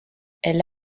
elle